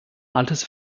altes